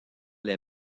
les